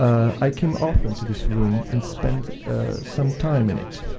i came often to this room and spent some time in it.